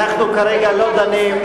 אנחנו כרגע לא דנים,